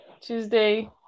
Tuesday